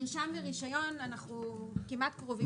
מרשם לרישיון אנחנו כמעט קרובים להגיע להסכמה.